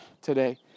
today